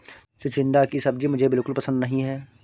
चिचिण्डा की सब्जी मुझे बिल्कुल पसंद नहीं है